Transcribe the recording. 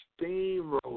steamroller